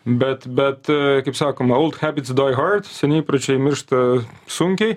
bet bet kaip sakoma ould hebits doi hart seni įpročiai miršta sunkiai